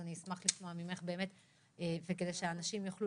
אני אשמח לשמוע ממך כדי שאנשים יוכלו